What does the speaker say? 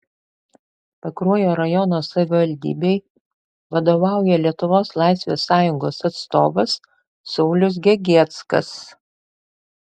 pakruojo rajono savivaldybei vadovauja lietuvos laisvės sąjungos atstovas saulius gegieckas